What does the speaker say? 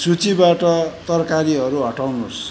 सूचीबाट तरकारीहरू हटाउनुहोस्